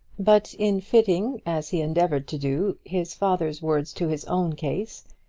but in fitting, as he endeavoured to do, his father's words to his own case,